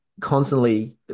Constantly